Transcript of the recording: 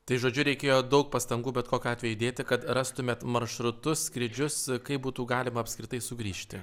tai žodžiu reikėjo daug pastangų bet kokiu atveju įdėti kad rastumėt maršrutus skrydžius kaip būtų galima apskritai sugrįžti